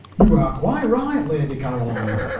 you are quite right, lady caroline.